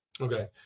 Okay